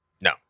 No